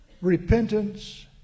Repentance